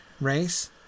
race